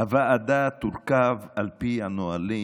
הוועדה תורכב על פי הנהלים,